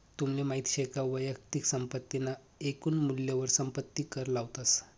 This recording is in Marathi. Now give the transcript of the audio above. तुमले माहित शे का वैयक्तिक संपत्ती ना एकून मूल्यवर संपत्ती कर लावतस